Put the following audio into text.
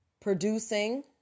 producing